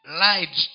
lied